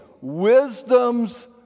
wisdom's